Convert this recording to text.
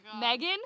Megan